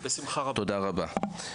תודה רבה.